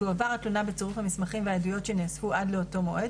תועבר התלונה בצירוף המסמכים והעדויות שנאספו עד לאותו מועד,